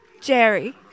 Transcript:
Jerry